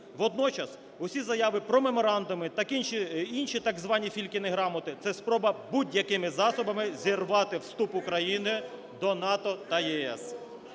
Водночас усі заяви про меморандуми, інші так звані "фількіни грамоти" – це спроба будь-якими засобами зірвати вступ України до НАТО та ЄС.